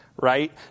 right